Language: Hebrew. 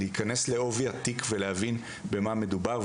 להיכנס לעובי התיק ולהבין במה מדובר,